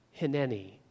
hineni